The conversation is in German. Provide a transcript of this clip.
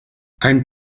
ein